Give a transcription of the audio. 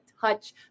touch